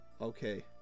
Okay